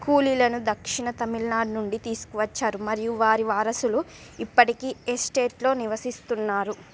కూలీలను దక్షిణ తమిళనాడు నుండి తీసుకువచ్చారు మరియు వారి వారసులు ఇప్పటికీ ఎస్టేట్లో నివసిస్తున్నారు